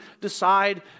decide